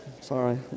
Sorry